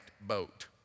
boat